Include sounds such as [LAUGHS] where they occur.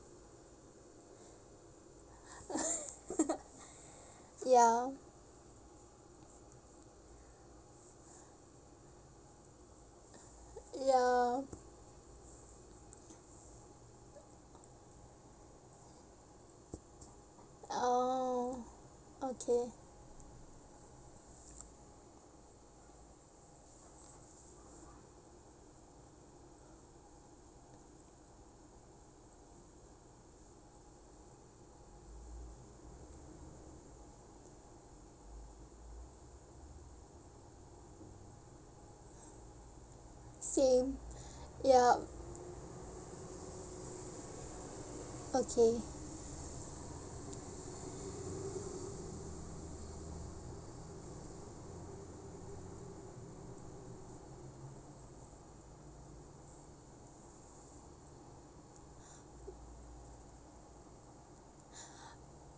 [LAUGHS] ya ya orh okay same ya okay [NOISE]